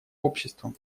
обществом